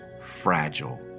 fragile